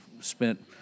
spent